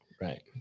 right